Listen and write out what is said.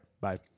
Bye